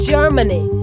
Germany